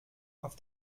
auf